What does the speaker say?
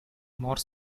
more